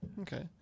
okay